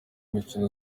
umukino